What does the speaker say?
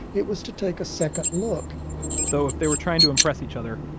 it was to take a second look though if they were trying to impress each other,